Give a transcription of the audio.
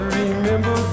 remember